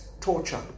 torture